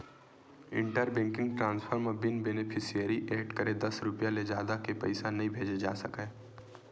inter banking transfer म बिन beneficiary add करे दस रूपिया ले जादा के पइसा नइ भेजे जा सकय